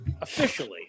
officially